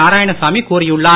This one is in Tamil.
நாராயணசாமி கூறியுள்ளார்